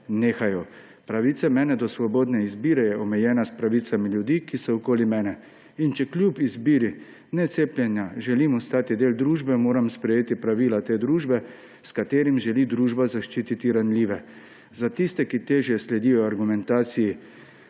nehajo. Pravica mene do svobodne izbire je omejena s pravicami ljudi, ki so okoli mene. In če kljub izbiri necepljenja želim ostati del družbe, moram sprejeti pravila te družbe, s katerimi želi družba zaščititi ranljive. Za tiste, ki težje sledijo argumentaciji,